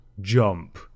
jump